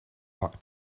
back